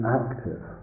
active